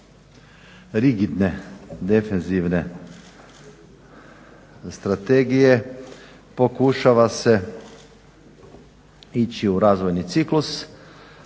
rigidne defenzivne strategije pokušava se ići u razvojni ciklus.